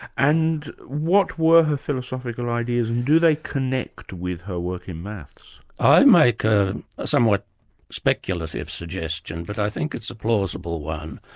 and what were her philosophical ideas, and do they connect with her work in maths? i make a somewhat speculative suggestion, but i think it's a plausible one.